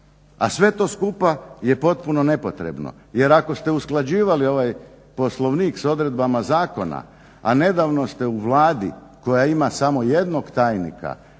A sve to skupa je potpuno nepotrebno, jer ako ste usklađivali ovaj Poslovnik sa odredbama zakona, a nedavno ste u Vladi koja ima samo jednog tajnika